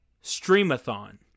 stream-a-thon